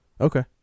Okay